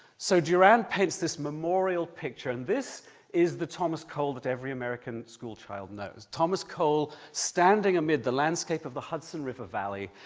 so durand paints this memorial picture, and this is the thomas cole that every american schoolchild knows. thomas cole standing amid the landscape of the hudson river valley,